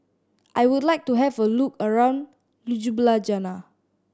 I would like to have a look around Ljubljana